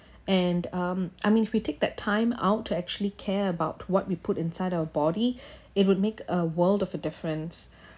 and um I mean we take that time out to actually care about what we put inside our body it would make a world of a difference